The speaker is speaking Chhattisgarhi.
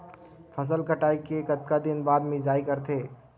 फसल कटाई के कतका दिन बाद मिजाई करथे?